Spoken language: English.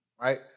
right